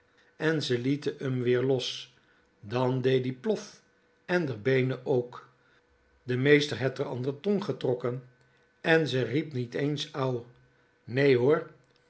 en ze liete m weer los dan dee die plf en d'r beene ook de meester het r an d'r tong getrokke en ze riep nie eens au nee hoor